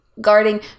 guarding